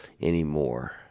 anymore